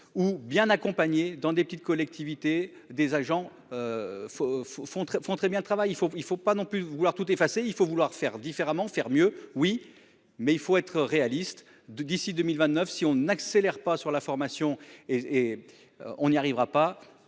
ou bien accompagné dans des petites collectivités des agents. Faut faut font font très bien le travail il faut il ne faut pas non plus vouloir tout effacer, il faut vouloir faire différemment, faire mieux. Oui mais il faut être réaliste de d'ici 2029 si on accélère pas sur la formation et et. On n'y arrivera pas